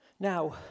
Now